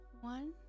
one